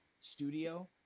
studio